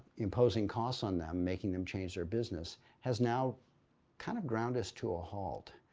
imposing costs on them, making them change their business has now kind of ground us to a halt.